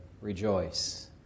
rejoice